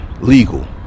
legal